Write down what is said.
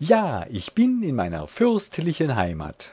ja ich bin in meiner fürstlichen heimat